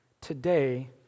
today